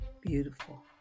Beautiful